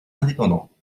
indépendants